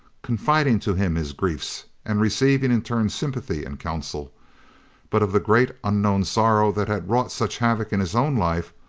confiding to him his griefs, and receiving in turn sympathy and counsel but of the great, unknown sorrow that had wrought such havoc in his own life,